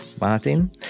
Martin